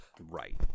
Right